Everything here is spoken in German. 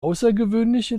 außergewöhnliche